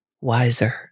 wiser